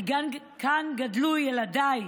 כי כאן גדלו ילדיי,